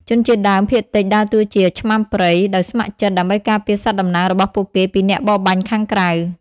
ជនជាតិដើមភាគតិចដើរតួជា "ឆ្មាំព្រៃ" ដោយស្ម័គ្រចិត្ត ដើម្បីការពារសត្វតំណាងរបស់ពួកគេពីអ្នកបរបាញ់ខាងក្រៅ។